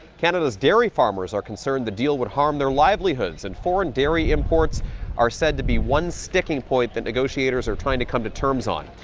canada's dairy farmers are concerned the deal would harm their livelihoods, and foreign dairy imports are said to be one sticking point that negotiators are trying to come to terms on.